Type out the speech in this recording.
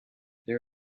there